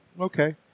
Okay